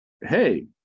hey